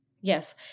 Yes